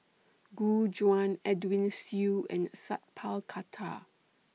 Gu Juan Edwin Siew and Sat Pal Khattar